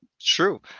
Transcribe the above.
True